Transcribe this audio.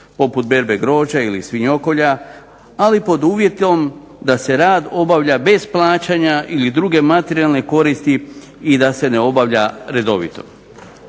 poput berbe grožđa i svinjokolja ali pod uvjetom da se rad obavlja bez plaćanja ili druge materijalne koristi i da se ne obavlja redovito.